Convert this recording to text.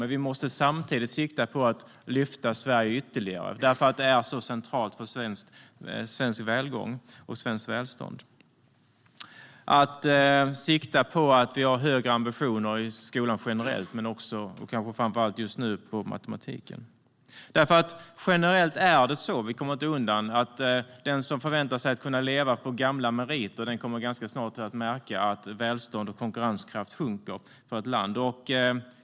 Men vi måste samtidigt sikta på att lyfta Sverige ytterligare eftersom det är så centralt för svensk välgång och svenskt välstånd. Vi måste sikta på att ha höga ambitioner i skolan generellt och kanske framför allt just nu för matematiken. Vi kommer inte undan att det generellt är så att den som förväntar sig att kunna leva på gamla meriter kommer ganska snart att märka att välstånd och konkurrenskraft sjunker för ett land.